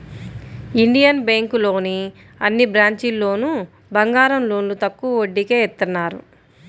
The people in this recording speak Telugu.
ఇండియన్ బ్యేంకులోని అన్ని బ్రాంచీల్లోనూ బంగారం లోన్లు తక్కువ వడ్డీకే ఇత్తన్నారు